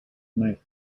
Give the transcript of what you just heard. night